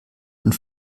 und